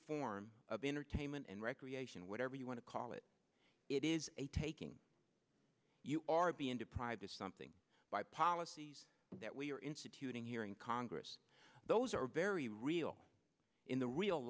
form of entertainment and recreation whatever you want to call it it is a taking you are being deprived of something by policies that we are instituting here in congress those are very real in the real